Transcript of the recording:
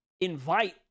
invite